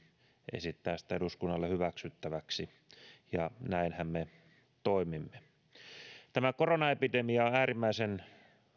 esittää sitä eduskunnalle hyväksyttäväksi ja näinhän me toimimme tämä koronaepidemia on äärimmäisen